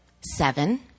Seven